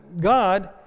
God